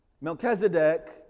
Melchizedek